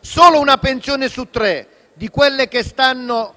(solo una pensione su tre di quelle che saranno